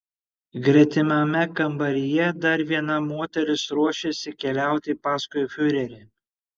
gretimame kambaryje dar viena moteris ruošėsi keliauti paskui fiurerį